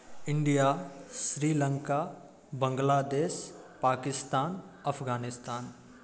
India Sri Lanka Bangladesh Pakistan Afghanistan